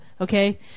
okay